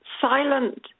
silent